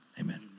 Amen